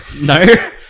No